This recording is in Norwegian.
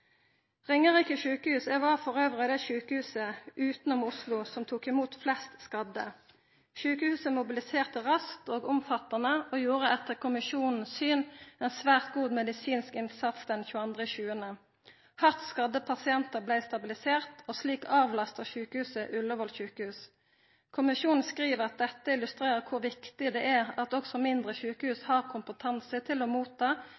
Ringerike sykehus var elles det sjukehuset utanom Oslo som tok imot flest skadde. Sjukehuset mobiliserte raskt og omfattande og gjorde etter kommisjonens syn ein svært god medisinsk innsats den 22. juli. Hardt skadde pasientar blei stabiliserte, og slik avlasta sjukehuset Ullevål sykehus. Kommisjonen skriv at dette illustrerer kor viktig det er at også mindre sjukehus har kompetanse til å motta